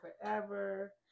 forever